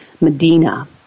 Medina